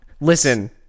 listen